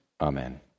Amen